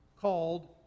called